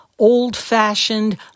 old-fashioned